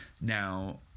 Now